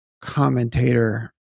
commentator